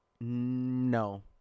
No